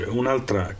un'altra